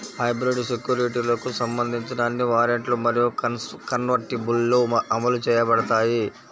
hybrid సెక్యూరిటీలకు సంబంధించిన అన్ని వారెంట్లు మరియు కన్వర్టిబుల్లు అమలు చేయబడతాయి